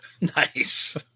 Nice